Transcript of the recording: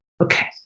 okay